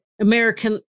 American